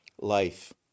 life